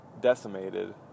decimated